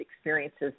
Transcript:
experiences